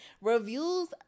Reviews